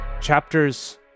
chapters